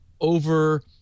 over